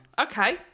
Okay